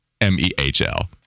M-E-H-L